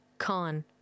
Con